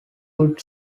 good